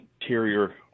interior